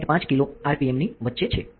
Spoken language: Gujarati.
5 k આરપીએમની વચ્ચે છે